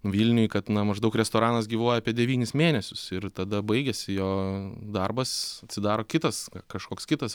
vilniuj kad na maždaug restoranas gyvuoja apie devynis mėnesius ir tada baigiasi jo darbas atsidaro kitas kažkoks kitas